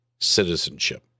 citizenship